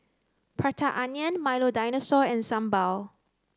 prata onion Milo Dinosaur and sambal